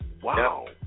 Wow